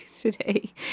today